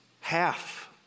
half